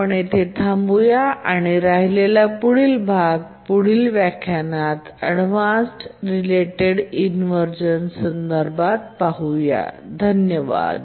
आपण येथे थांबूया आणि राहिलेला भाग पुढील व्याख्यानात अव्हॉईडन्स रिलेटेड इन्व्हरझन पाहूया धन्यवाद